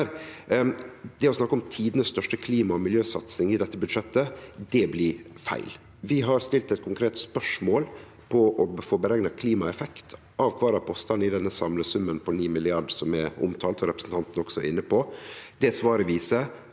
feil å snakke om tidenes største klima- og miljøsatsing i dette budsjettet. Vi har stilt eit konkret spørsmål om å få berekna klimaeffekten av kvar av postane i den samla summen på 9 mrd. kr som er omtalt, som representanten også er inne på.